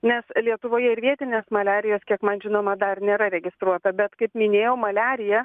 nes lietuvoje ir vietinės maliarijos kiek man žinoma dar nėra registruota bet kaip minėjau maliarija